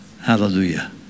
Hallelujah